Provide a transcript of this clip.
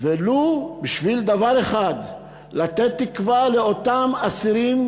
ולו בשביל דבר אחד: לתת תקווה לאותם אסירים